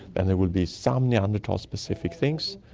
and there will be some neanderthal-specific things,